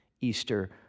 Easter